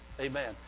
Amen